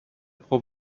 pro